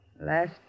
Last